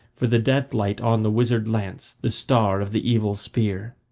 for the death-light on the wizard lance the star of the evil spear.